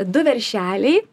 du veršeliai